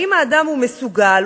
האם האדם מסוגל,